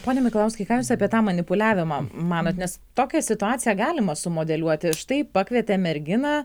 pone mikalauskai ką jūs apie tą manipuliavimą manot nes tokią situaciją galima sumodeliuoti štai pakvietė merginą